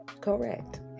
Correct